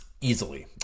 Easily